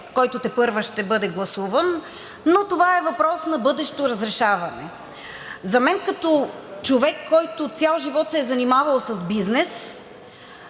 който тепърва ще бъде гласуван, но това е въпрос на бъдещо разрешаване. За мен като човек, който цял живот се е занимавал с бизнес